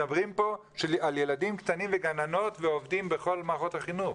מדברים פה על ילדים קטנים וגננות ועובדים בכל מערכות החינוך.